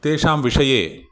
तेषां विषये